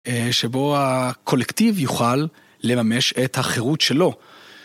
שבו הקולקטיב יוכל לממש את החירות שלו.